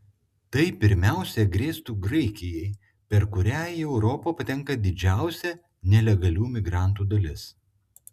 tai pirmiausia grėstų graikijai per kurią į europą patenka didžiausia nelegalių migrantų dalis